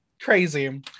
Crazy